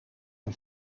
een